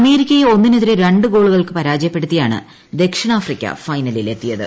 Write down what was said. അമേരിക്കയെ ഒന്നിനെതിരെ രണ്ട് ഗോളുകൾക്ക് പരാജയപ്പെടുത്തി യാണ് ദക്ഷിണാഫ്രിക്ക ഫൈനലിൽ എത്തിയത്